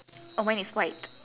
oh mine is white